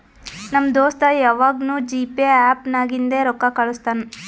ನಮ್ ದೋಸ್ತ ಯವಾಗ್ನೂ ಜಿಪೇ ಆ್ಯಪ್ ನಾಗಿಂದೆ ರೊಕ್ಕಾ ಕಳುಸ್ತಾನ್